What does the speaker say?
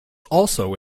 also